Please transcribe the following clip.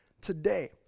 today